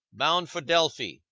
bound for delphi,